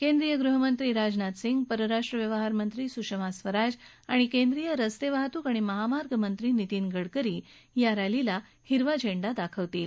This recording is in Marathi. केंद्रीय गृहमंत्री राजनाथ सिंह परराष्ट्र व्यवहारमंत्री सुषमा स्वराज आणि केंद्रीय रस्तविाहतूक आणि महामार्गमंत्री नितीन गडकरी या रॅलीला हिरवा झेंडा दाखवतील